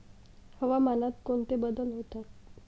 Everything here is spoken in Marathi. हवामानात कोणते बदल होतात?